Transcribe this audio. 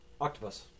Octopus